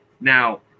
now